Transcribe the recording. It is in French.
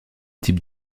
type